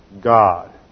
God